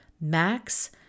Max